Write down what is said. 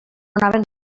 anaven